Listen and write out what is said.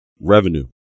revenue